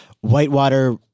Whitewater